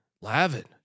Lavin